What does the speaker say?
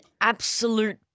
absolute